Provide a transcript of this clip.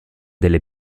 delle